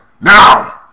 now